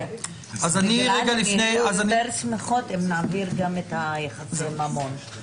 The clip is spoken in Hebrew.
הן יהיו יותר שמחות אם נעביר גם את יחסי הממון.